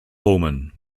bowman